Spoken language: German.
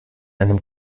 einem